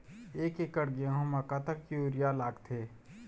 एक एकड़ गेहूं म कतक यूरिया लागथे?